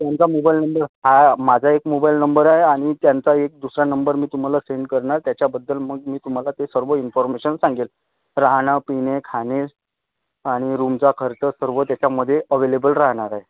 त्यांचा mobile number हा माझा एक मोबाईल नंबर आहे आणि त्यांचा एक दुसरा नंबर मी तुम्हाला सेंड करणार त्याच्याबद्दल मग मी तुम्हाला ते सर्व इन्फॉर्मेशन सांगेल राहणं पिणे खाणे आणि रूमचा खर्च सर्व त्याच्यामध्ये अवेलेबल राहणार आहे